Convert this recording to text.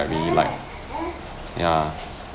really like ya